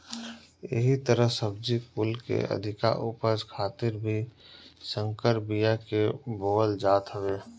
एही तहर सब्जी कुल के अधिका उपज खातिर भी संकर बिया के बोअल जात हवे